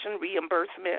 reimbursement